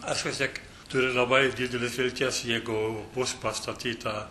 aš vis tiek turiu labai didelės vilties jeigu bus pastatyta